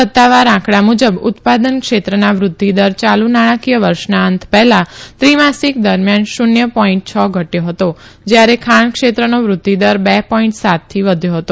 સત્તાવાર આંકડા મુજબ ઉત ાદન ક્ષેત્રના વૃષ્ઘદર યાલુ નાણાંકીય વર્ષના અંત હેલા વ્રિમાસીક દરમ્યાન શૂન્ય ોઈન્ટ છ ઘટયો હતો જયારે ખાણ ક્ષેત્રનો વૃષ્યદર બે ોઈન્ટ સાત થી વધ્યો હતો